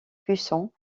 puissant